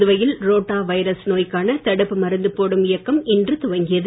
புதுவையில் rotavirus நோய்க்கான தடுப்பு மருந்து போடும் இயக்கம் இன்று துவங்கியது